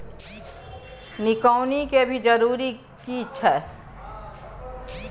निकौनी के भी जरूरी छै की?